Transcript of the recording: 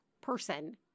person